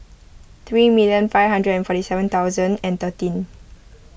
three million five hundred and forty seven thousand and thirteen